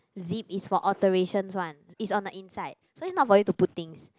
zip is for alterations one it's on the inside so it's not for you to put things